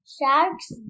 Sharks